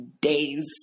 days